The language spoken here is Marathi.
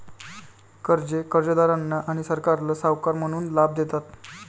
कर्जे कर्जदारांना आणि सरकारला सावकार म्हणून लाभ देतात